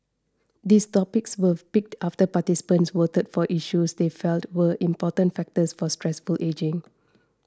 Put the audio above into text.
these topics were picked after participants voted for issues they felt were important factors for successful ageing